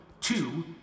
two